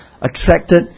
attracted